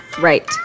right